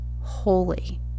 holy